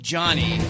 Johnny